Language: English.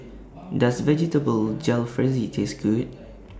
Does Vegetable Jalfrezi Taste Good